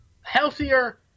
healthier